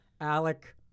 Alec